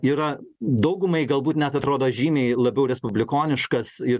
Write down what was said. yra daugumai galbūt net atrodo žymiai labiau respublikoniškas ir